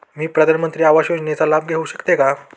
मी प्रधानमंत्री आवास योजनेचा लाभ घेऊ शकते का?